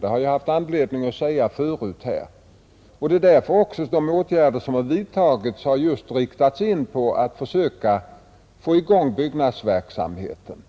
Det har jag haft anledning att säga förut här. Det åtgärder som har vidtagits har därför också inriktats på att försöka få i gång byggnadsverksamheten,